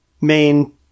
main